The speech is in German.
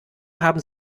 haben